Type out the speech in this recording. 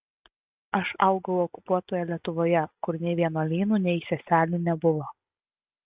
aš augau okupuotoje lietuvoje kur nei vienuolynų nei seselių nebuvo